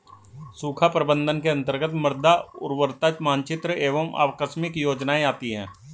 सूखा प्रबंधन के अंतर्गत मृदा उर्वरता मानचित्र एवं आकस्मिक योजनाएं आती है